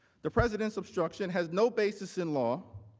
the president obstruction, has no basis in law,